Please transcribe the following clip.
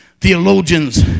theologians